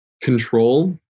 control